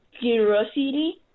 curiosity